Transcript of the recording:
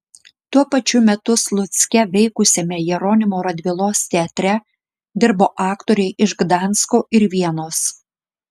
tuo pačiu metu slucke veikusiame jeronimo radvilos teatre dirbo aktoriai iš gdansko ir vienos